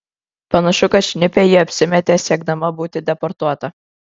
panašu kad šnipe ji apsimetė siekdama būti deportuota